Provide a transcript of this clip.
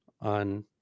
on